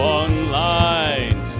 online